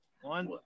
One